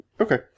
Okay